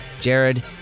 jared